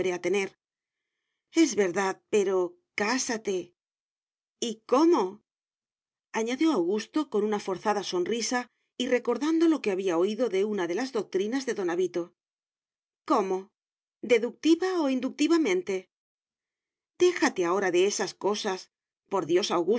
es verdad pero cásate y cómo añadió augusto con una forzada sonrisa y recordando lo que había oído de una de las doctrinas de don avito cómo deductiva o inductivamente déjate ahora de esas cosas por dios